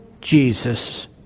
Jesus